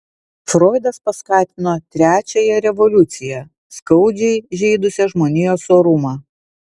froidas paskatino trečiąją revoliuciją skaudžiai žeidusią žmonijos orumą